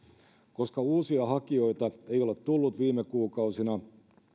koska uusia hakijoita ei ole tullut viime kuukausina